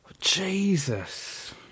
Jesus